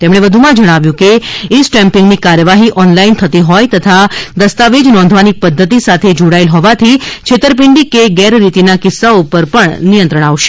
તેમણે વધુમાં જણાવ્યું છે કે ઇ સ્ટેમ્પિંગની કાર્યવાહી ઓનલાઇન થતી હોય તથા દસ્તાવેજ નોંધવાની પદ્ધતિ સાથે જોડાયેલ હોવાથી છેતરપિંડી કે ગેરરીતિના કિસ્સાઓ ઉપર પણ નિયંત્રણ આવશે